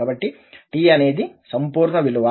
కాబట్టి t అనేది సంపూర్ణ విలువ